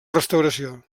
restauració